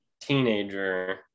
teenager